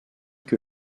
que